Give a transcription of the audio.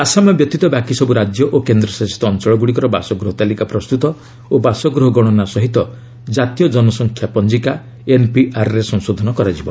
ଆସାମ ବ୍ୟତୀତ ବାକି ସବୁ ରାଜ୍ୟ ଓ କେନ୍ଦ୍ରଶାସିତ ଅଞ୍ଚଳଗୁଡ଼ିକର ବାସଗୃହ ତାଲିକା ପ୍ରସ୍ତୁତ ଓ ବାସଗୃହ ଗଶନା ସହିତ ଜାତୀୟ ଜନସଂଖ୍ୟା ପଞ୍ଜିକା ଏନ୍ପିଆର୍ରେ ସଂଶୋଧନ କରାଯିବ